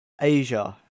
asia